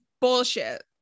bullshit